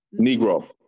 Negro